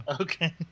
Okay